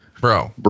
bro